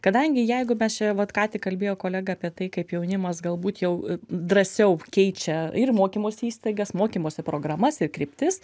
kadangi jeigu mes čia vat ką tik kalbėjo kolega apie tai kaip jaunimas galbūt jau drąsiau keičia ir mokymosi įstaigas mokymosi programas ir kryptis